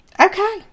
Okay